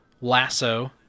lasso